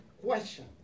question